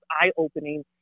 eye-opening